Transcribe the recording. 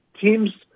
teams